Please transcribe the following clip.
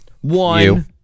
One